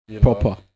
Proper